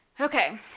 okay